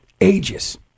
ages